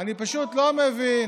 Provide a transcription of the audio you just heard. אני פשוט לא מבין,